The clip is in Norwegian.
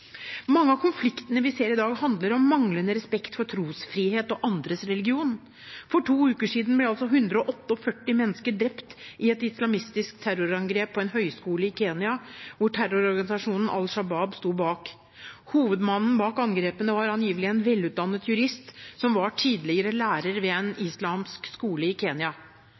Mange av konfliktene vi ser i dag, handler om manglende respekt for trosfrihet og andres religion. For to uker siden ble 148 mennesker drept i et islamistisk terrorangrep på en høyskole i Kenya, hvor terrororganisasjonen Al Shabaab sto bak. Hovedmannen bak angrepene var angivelig en velutdannet jurist som var tidligere lærer ved en islamsk skole i